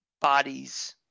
bodies